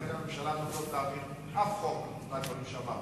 ולכן הממשלה הזאת לא תעביר אף חוק מהדברים שאמרת.